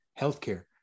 healthcare